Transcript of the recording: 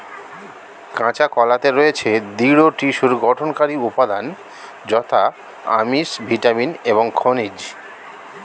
কাঁচা কলাতে রয়েছে দৃঢ় টিস্যুর গঠনকারী উপাদান যথা আমিষ, ভিটামিন এবং খনিজ